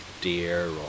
deer